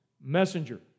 messenger